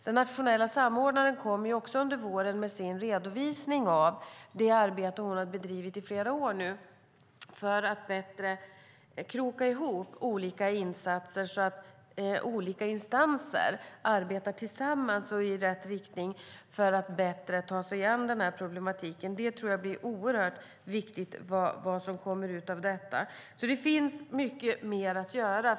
Den nationella samordnaren kommer under våren att lägga fram sin redovisning av det arbete hon har bedrivit i flera år för att bättre kroka ihop olika insatser så att olika instanser arbetar tillsammans och i rätt riktning för att bättre ta sig an problemen. Det blir oerhört viktigt att se vad som kommer ut av det arbetet. Det finns mycket mer att göra.